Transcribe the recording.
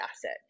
asset